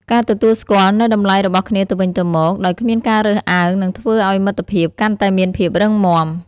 ការទទួលស្គាល់នូវតម្លៃរបស់គ្នាទៅវិញទៅមកដោយគ្មានការរើសអើងនឹងធ្វើឲ្យមិត្តភាពកាន់តែមានភាពរឹងមាំ។